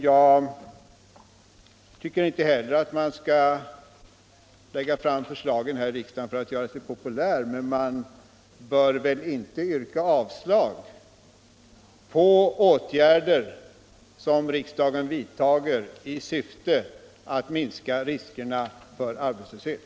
Jag tycker inte heller att man skall lägga fram förslag här i riksdagen för att göra sig populär, men man bör väl inte yrka avslag på förslag om åtgärder som syftar till att minska riskerna för arbetslöshet.